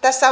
tässä